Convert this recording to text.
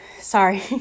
sorry